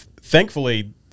Thankfully